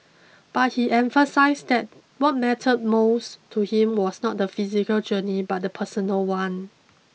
but he emphasised that what mattered most to him was not the physical journey but the personal one